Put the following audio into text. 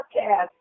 podcast